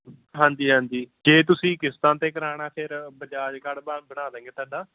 ਹਾਂਜੀ ਹਾਂਜੀ ਜੇ ਤੁਸੀਂ ਕਿਸ਼ਤਾਂ 'ਤੇ ਕਰਵਾਉਣਾ ਫਿਰ ਬਜਾਜ ਕਾਰਡ ਬਣ ਬਣਾ ਦਾਂਗੇ ਤੁਹਾਡਾ